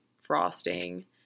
frosting